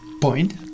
point